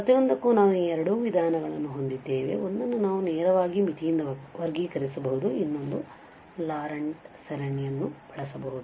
ಆದ್ದರಿಂದ ಪ್ರತಿಯೊಂದಕ್ಕೂ ನಾವು ಈ ಎರಡು ವಿಧಾನಗಳನ್ನು ಹೊಂದಿದ್ದೇವೆ ಒಂದನ್ನು ನಾವು ನೇರವಾಗಿ ಮಿತಿಯಿಂದ ವರ್ಗೀಕರಿಸಬಹುದು ಇನ್ನೊಂದು ಲಾರೆಂಟ್ ಸರಣಿಯನ್ನು ಬಳಸಿ